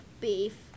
beef